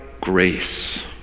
grace